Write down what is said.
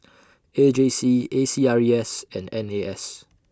A J C A C R E S and N A S